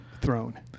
throne